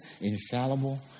infallible